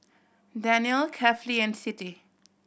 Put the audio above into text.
Daniel Kefli and Siti